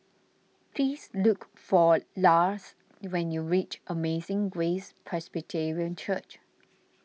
please look for Lars when you reach Amazing Grace Presbyterian Church